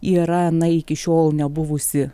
yra na iki šiol nebuvusi